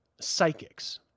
psychics